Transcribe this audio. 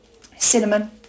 Cinnamon